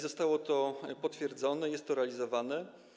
Zostało to potwierdzone, jest to realizowane.